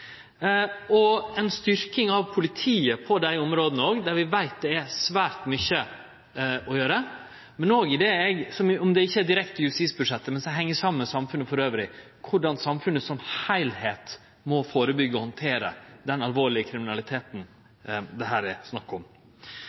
treng ei styrking av politiet på dei områda òg, der vi veit det er svært mykje å gjere, men òg på det som ikkje er direkte justisbudsjettet, men som heng saman med samfunnet elles, korleis samfunnet som heilskap må førebyggje og handtere den alvorlege kriminaliteten det her er snakk om.